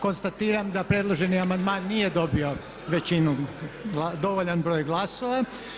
Konstatiram da predloženi amandman nije dobio većinu, dovoljan broj glasova.